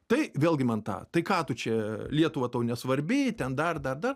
tai vėlgi man tą tai ką tu čia lietuva tau nesvarbi ten dar dar dar